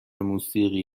موسیقی